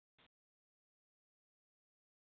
اچھا موبایلَس کیٛاہ ناو چھُ مطلب